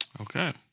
Okay